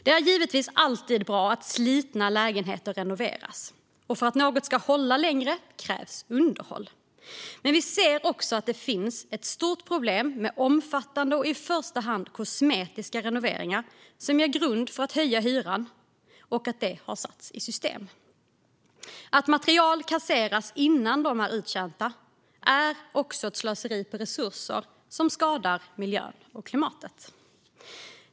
Det är givetvis alltid bra att slitna lägenheter renoveras, och för att något ska hålla länge krävs underhåll. Men vi ser att det finns ett stort problem med att omfattande och i första hand kosmetiska renoveringar som ger grund för att höja hyran har satts i system. Att material kasseras innan de är uttjänta är också ett slöseri med resurser som skadar miljön och klimatet.